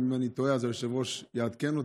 אם אני טועה, אז היושב-ראש יתקן אותי.